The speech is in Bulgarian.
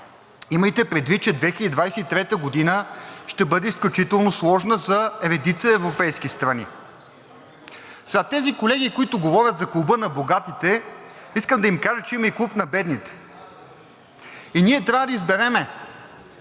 Имайте предвид, че 2023 г. ще бъде изключително сложна за редица европейски страни. Тези колеги, които говорят за Клуба на богатите, искам да им кажа, че има и Клуб на бедните и ние трябва да изберем,